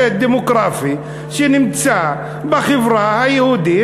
שד דמוגרפי שנמצא בחברה היהודית,